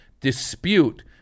dispute